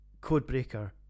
Codebreaker